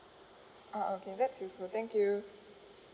ah okay that's useful thank you